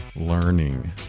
learning